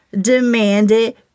demanded